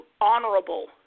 honorable